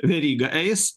veryga eis